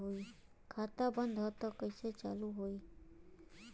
खाता बंद ह तब कईसे चालू होई?